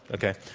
okay.